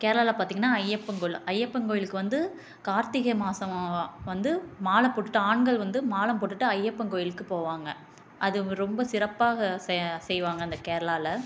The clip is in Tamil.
கேரளாவில் பார்த்திங்கனா ஐயப்பன் கோயில் ஐயப்பன் கோயிலுக்கு வந்து கார்த்திகை மாதம் வந்து மாலை போட்டுட்டு ஆண்கள் வந்து மாலை போட்டுட்டு ஐயப்பன் கோயிலுக்குப் போவாங்க அது ரொம்ப சிறப்பாக செ செய்வாங்க அந்த கேரளாவில்